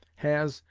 has,